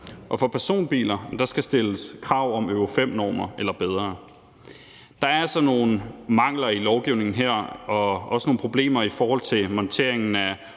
Og for personbiler skal der stilles krav om Euro 5-normer eller bedre. Der er altså nogle mangler i lovforslaget her og også nogle problemer i forhold til montering af